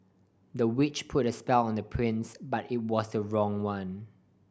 the witch put a spell on the prince but it was the wrong one